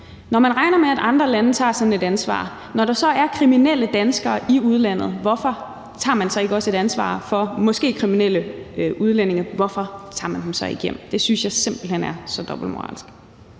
Når man regner med, at andre lande tager sådan et ansvar, og når der så er kriminelle danskere i udlandet, hvorfor tager man så ikke også et ansvar for måske kriminelle udlændinge? Hvorfor tager man dem så ikke hjem? Det synes jeg simpelt hen er så dobbeltmoralsk.